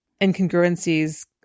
incongruencies